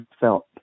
felt